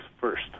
first